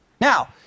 Now